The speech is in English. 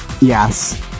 Yes